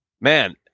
Man